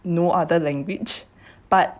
no other language but